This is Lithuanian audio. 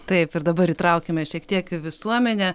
taip ir dabar įtraukime šiek tiek visuomenę